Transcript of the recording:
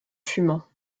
fumant